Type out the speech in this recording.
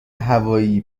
هوایی